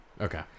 okay